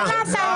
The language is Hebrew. לכל קואליציה,